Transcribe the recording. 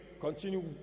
continue